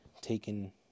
taken